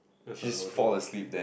that's what I will do